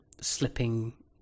slipping